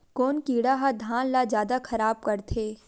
कोन कीड़ा ह धान ल जादा खराब करथे?